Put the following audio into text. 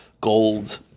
gold